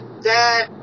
dad